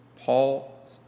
Paul